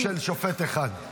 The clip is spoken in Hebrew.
רוב של שופט אחד.